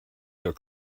your